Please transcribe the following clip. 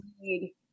need